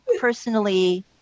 personally